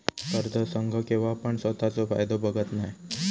कर्ज संघ केव्हापण स्वतःचो फायदो बघत नाय